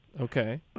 Okay